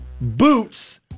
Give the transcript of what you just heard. boots